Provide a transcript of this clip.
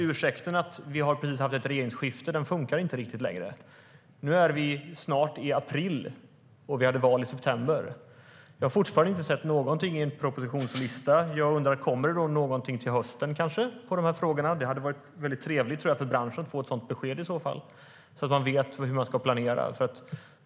Ursäkten att vi precis har haft ett regeringsskifte fungerar inte riktigt längre. Nu är vi snart i april, och vi hade val i september. Jag har fortfarande inte sett någonting i en propositionslista. Jag undrar: Kommer det kanske någonting till hösten i de här frågorna? Det hade varit väldigt trevligt för branschen att i så fall få ett sådant besked, så att den vet hur den ska planera.